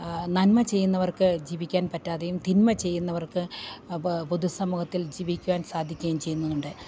നന്മ ചെയ്യുന്നവർക്ക് ജീവിക്കാൻ പറ്റാതെയും തിന്മ ചെയ്യുന്നവർക്ക് പൊതുസമൂഹത്തിൽ ജീവിക്കുവാൻ സാധിക്കുകയും ചെയ്യുന്നുണ്ട്